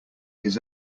his